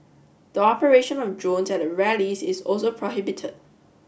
the operation of drones at the rallies is also prohibited